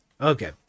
okay